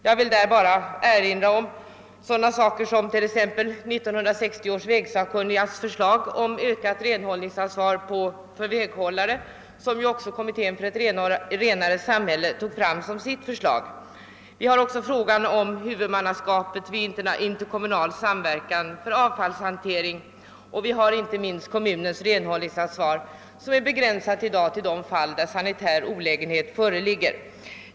Jag vill erinra om t.ex. 1960 års vägsakkunnigas förslag om ökat renhållningsansvar för väghållare, som ju också kommittén för ett renare samhälle förde fram som sitt förslag. Vi har vidare frågan om huvudmannaskapet vid interkommunal samverkan för avfallshantering och vi har inte minst kommunens renhållningsansvar, som i dag är begränsat till de fall där sanitär olägenhet föreligger.